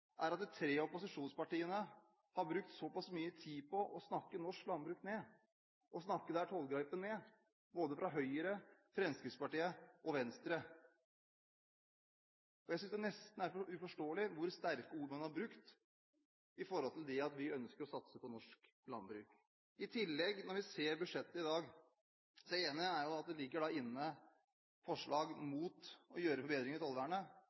er at tre av opposisjonspartiene har brukt såpass mye tid på å snakke norsk landbruk ned, og snakke dette tollgrepet ned, både Høyre, Fremskrittspartiet og Venstre. Jeg synes nesten det er uforståelig hvor sterke ord man har brukt med tanke på at vi ønsker å satse på norsk landbruk. Og når det gjelder budsjettet i dag: Én ting er at det ligger inne forslag mot å bedre tollvernet, men man angriper jo også den andre bærebjelken i